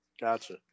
Gotcha